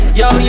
yo